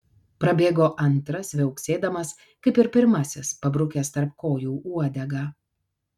prabėgo antras viauksėdamas kaip ir pirmasis pabrukęs tarp kojų uodegą